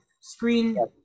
screen